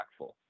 impactful